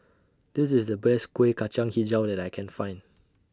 This IS The Best Kueh Kacang Hijau that I Can Find